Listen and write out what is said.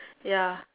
ya